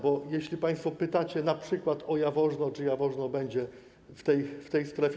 Bo jeśli państwo pytacie np. o Jaworzno: Czy Jaworzno będzie w tej strefie?